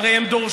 הרי הם דורשים,